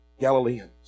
Galileans